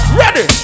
ready